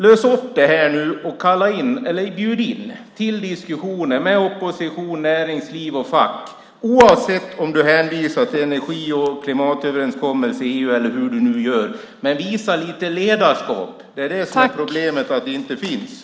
Lös upp detta nu, och bjud in till diskussioner med opposition, näringsliv och fack! Oavsett om ministern hänvisar till energi och klimatöverenskommelse i EU eller hur hon nu gör - visa lite ledarskap! Det är det som är problemet; det finns inget ledarskap.